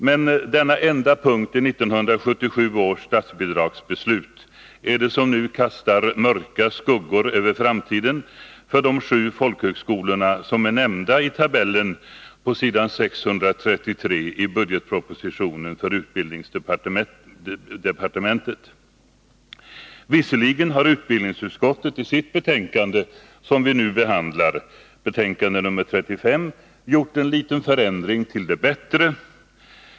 Men denna enda punkt i 1977 års statsbidragsbeslut kastar nu mörka skuggor över framtiden för de sju folkhögskolor som är nämnda i tabellen på s. 633 i budgetpropositionen för utbildningsdepartementet. Visserligen har utbildningsutskottet i sitt betänkande nr 35, som vi nu behandlar, gjort en liten förändring till det bättre.